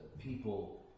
people